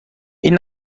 این